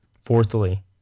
Fourthly